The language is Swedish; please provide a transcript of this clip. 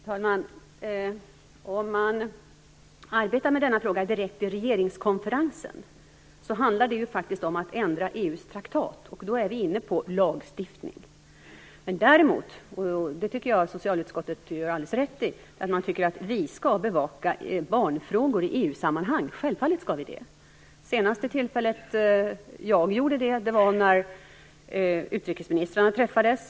Fru talman! Om man arbetar med denna fråga direkt i regeringskonferensen handlar det ju faktiskt om att ändra EU:s traktat. Då är vi inne på lagstiftning. Däremot, och där tycker jag att socialutskottet har alldeles rätt, skall vi bevaka barnfrågor i EU sammanhang. Självfallet skall vi det. Senaste tillfället jag gjorde det var när utrikesministrarna träffades.